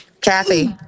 Kathy